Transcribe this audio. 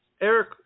Eric